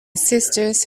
sisters